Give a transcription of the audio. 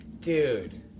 dude